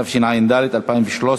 התשע"ד 2013,